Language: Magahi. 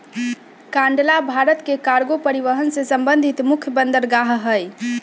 कांडला भारत के कार्गो परिवहन से संबंधित मुख्य बंदरगाह हइ